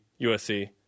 USC